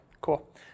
cool